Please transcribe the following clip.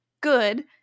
good